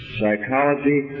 psychology